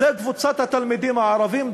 קבוצת התלמידים הערבים,